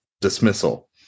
dismissal